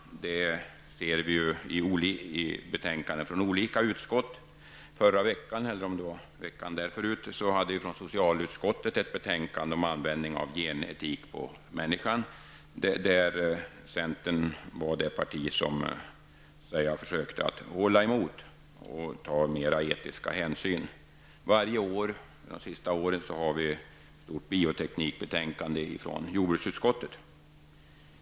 I förra veckan hade vi att behandla ett betänkande från socialutskottet om användning av genteknik på människan. Där var centern det parti som försökte hålla emot och ta mera etiska hänsyn. Varje år under de senaste åren har vi också behandlat ett stort bioteknikbetänkande från jordbruksutskottet.